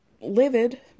livid